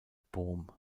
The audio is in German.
boom